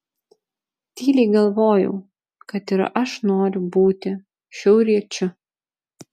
tyliai galvojau kad ir aš noriu būti šiauriečiu